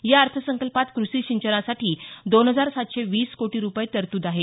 या अर्थसंकल्पात कृषीसिंचनासाठी दोन हजार सातशे वीस कोटी रुपये तरतूद आहे